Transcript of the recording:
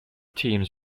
teams